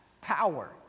power